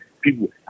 people